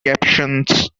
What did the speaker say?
captions